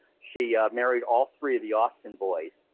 she married all three of the austin boys.